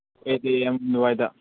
eight A M ꯑꯗꯨꯋꯥꯏꯗ